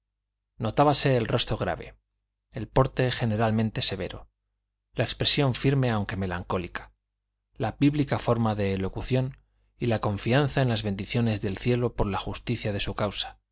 notábase el rostro grave el porte generalmente severo la expresión firme aunque melancólica la bíblica forma de elocución y la confianza en las bendiciones del cielo por la justicia de su causa